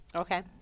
Okay